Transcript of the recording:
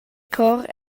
chor